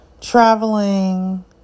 traveling